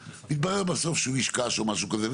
מתברר בסוף שהוא איש קש או משהו כזה,